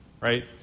right